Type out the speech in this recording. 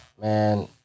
man